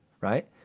Right